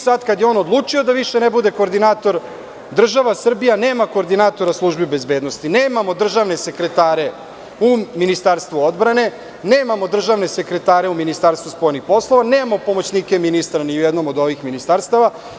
Sada kada je on odlučio da više ne bude koordinator, država Srbija nema koordinatora službi bezbednosti, nemamo državne sekretare u Ministarstvu odbrane, nemamo državne sekretare u Ministarstvu spoljnih poslova, nemamo pomoćnike ministara ni u jednom od ovih ministarstava.